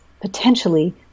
potentially